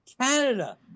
Canada